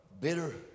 Bitter